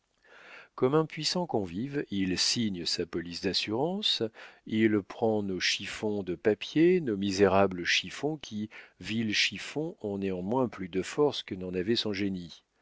comme un puissant convive il signe sa police d'assurance il prend nos chiffons de papier nos misérables chiffons qui vils chiffons ont néanmoins plus de force que n'en avait son génie